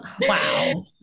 Wow